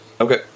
okay